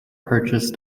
purchased